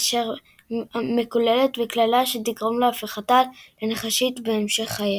כאישה המקוללת בקללה שתגרום להפיכתה לנחשית בהמשך חייה.